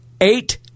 Eight